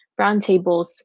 roundtables